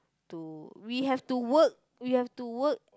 to we have to work we have to work